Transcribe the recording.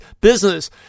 business